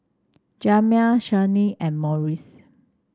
Jamal Shianne and Morris